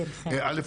א',